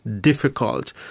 difficult